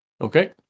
Okay